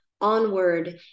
Onward